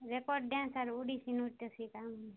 record dance ଆରୁ Odissi dance ଶିଖାମୁ